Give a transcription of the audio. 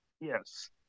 Yes